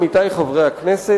עמיתי חברי הכנסת,